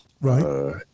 Right